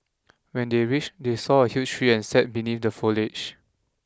when they reached they saw a huge tree and sat beneath the foliage